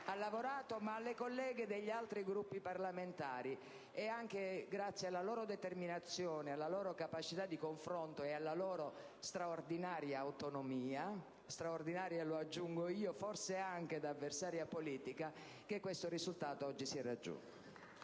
ha lavorato, ed anche delle colleghe degli altri Gruppi parlamentari. È anche grazie alla loro determinazione, alla loro capacità di confronto e alla loro straordinaria autonomia - straordinaria lo aggiungo io, forse anche da avversaria politica - che questo risultato oggi si è raggiunto.